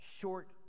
short